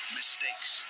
mistakes